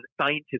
scientists